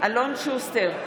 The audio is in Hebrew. אלון שוסטר,